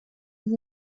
was